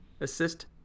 assist